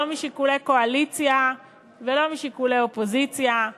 לא משיקולי קואליציה ולא משיקולי אופוזיציה,